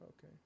Okay